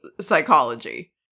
psychology